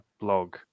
blog